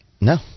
No